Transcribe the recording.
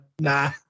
nah